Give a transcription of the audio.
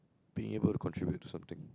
being able to contribute to something